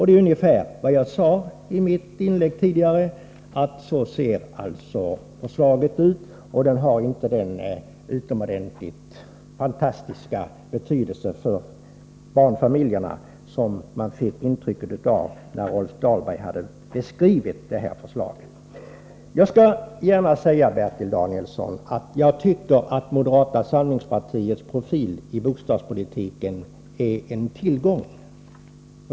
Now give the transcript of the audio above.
Det är ungefär vad jag sade i mitt tidigare inlägg. Förslaget har inte den utomordenligt fantastiska betydelse för barnfamiljerna som man fick intryck av när Rolf Dahlberg beskrev det. Jag skall gärna säga, Bertil Danielsson, att jag tycker att moderata samlingspartiets profil i bostadspolitiken är en tillgång.